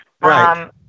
Right